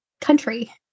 country